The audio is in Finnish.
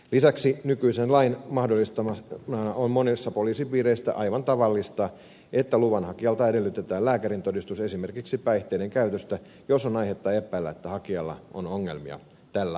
lisäksi nykyisen lain mahdollistamana on monissa poliisipiireissä aivan tavallista että luvanhakijalta edellytetään lääkärintodistus esimerkiksi päihteiden käytöstä jos on aihetta epäillä että hakijalla on ongelmia tällä alueella